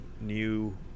new